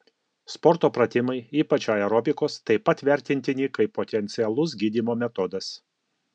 sporto pratimai ypač aerobikos taip pat vertintini kaip potencialus gydymo metodas